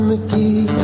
McGee